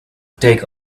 take